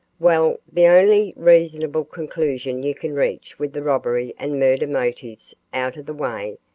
well, the only reasonable conclusion you can reach with the robbery and murder motives out of the way,